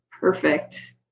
perfect